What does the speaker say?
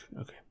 okay